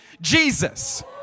Jesus